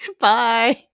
Bye